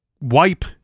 wipe